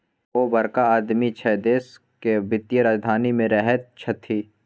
ओ बड़का आदमी छै देशक वित्तीय राजधानी मे रहैत छथि